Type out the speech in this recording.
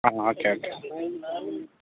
okay okay